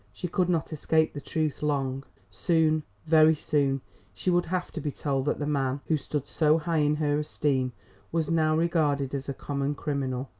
she could not escape the truth long. soon, very soon she would have to be told that the man who stood so high in her esteem was now regarded as a common criminal.